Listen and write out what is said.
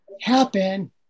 happen